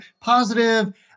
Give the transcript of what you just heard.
positive